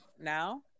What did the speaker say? Now